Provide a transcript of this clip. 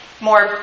more